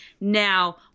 now